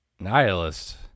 nihilist